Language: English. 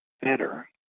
better